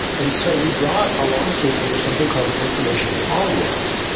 and so we brought a lawsuit under something called the information quality act,